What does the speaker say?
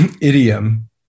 idiom